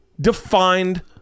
defined